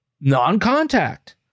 non-contact